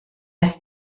ist